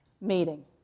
meeting